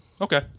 Okay